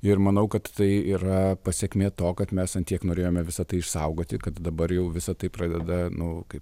ir manau kad tai yra pasekmė to kad mes ant tiek norėjome visa tai išsaugoti kad dabar jau visa tai pradeda nu kaip